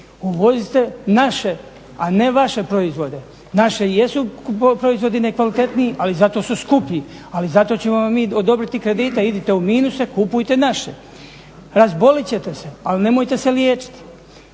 Uvozite naše a ne vaše proizvode. Naši jesu proizvodi nekvalitetniji ali zato su skuplji, ali zato ćemo vam mi odobriti kredite, idite u minuse, kupujte naše. Razboljeti ćete se ali nemojte se liječiti.